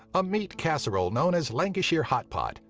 a meat casserole known as lancashire hotpot,